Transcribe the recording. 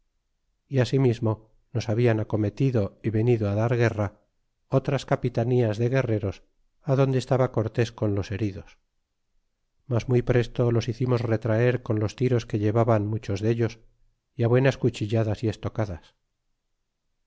y asimismo nos habian acometido y venido dar guerra otras capitanías de guerreros adonde estaba cortes con los heridos mas muy presto los hicimos retraer con los tiros que llevaban muchos dellos y buenas cuchilladas y estocadas